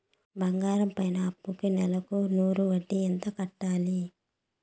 బంగారం పైన అప్పుకి నెలకు నూరు వడ్డీ ఎంత కట్టాలి?